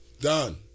Done